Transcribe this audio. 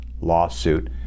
lawsuit